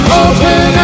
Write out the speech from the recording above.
open